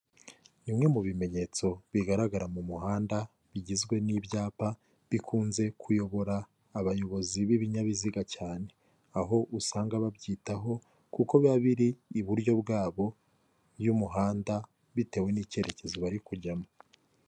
Bimwe mu bimenyetso bigaragara mu muhanda bigizwe n'ibyapa bikunze kuyobora abayobozi b'ibinyabiziga cyane aho usanga babyitaho kuko biba biri iburyo bwabo y'umuhanda bitewe n'icyerekezo bari kujyamo.